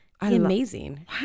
Amazing